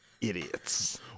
Idiots